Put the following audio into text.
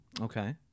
Okay